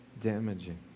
damaging